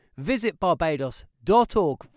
visitbarbados.org